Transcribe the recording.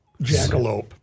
jackalope